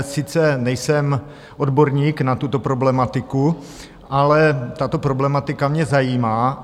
Sice nejsem odborník na tuto problematiku, ale tato problematika mě zajímá.